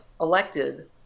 elected